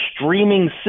streaming